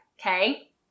okay